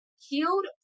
healed